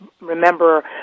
remember